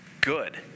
Good